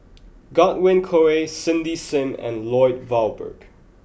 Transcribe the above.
Godwin Koay Cindy Sim and Lloyd Valberg